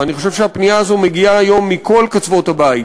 ואני חושב שהפנייה הזאת מגיעה היום מכל קצוות הבית,